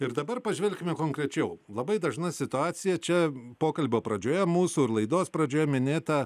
ir dabar pažvelkime konkrečiau labai dažna situacija čia pokalbio pradžioje mūsų ir laidos pradžioje minėta